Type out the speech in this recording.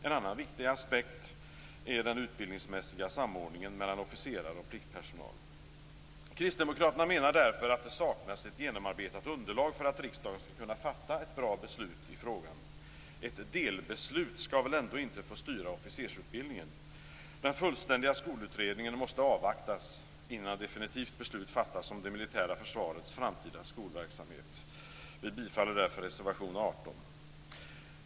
En annan viktig aspekt är den utbildningsmässiga samordningen mellan officerare och pliktpersonal. Kristdemokraterna menar därför att det saknas ett genomarbetat underlag för att riksdagen skall kunna fatta ett bra beslut i frågan. Ett delbeslut skall väl ändå inte få styra officersutbildningen. Den fullständiga skolutredningen måste avvaktas innan definitivt beslut fattas om det militära försvarets framtida skolverksamhet. Vi vill därför yrka bifall till reservation nr 18.